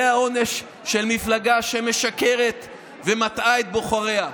זה העונש של מפלגה שמשקרת ומטעה את בוחריה.